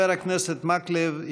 דברי הכנסת חוברת ז'